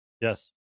Yes